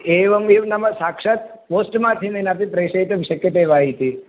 एवमेव नाम साक्षात् पोस्ट् माध्यमेन अपि प्रेषयितुं शक्यते वा इति